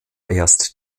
erst